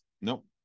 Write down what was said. Nope